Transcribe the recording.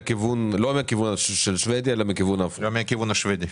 לא מן הכיוון של שוודיה אלא מן הכיוון ההפוך.